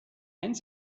and